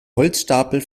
holzstapel